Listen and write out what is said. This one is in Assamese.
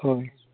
হয়